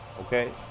okay